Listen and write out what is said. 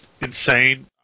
insane